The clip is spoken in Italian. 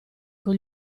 con